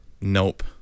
Nope